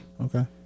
Okay